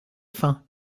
faim